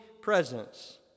presence